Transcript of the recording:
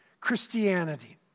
Christianity